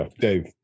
Dave